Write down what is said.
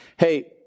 Hey